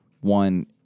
one